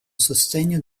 sostegno